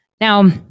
Now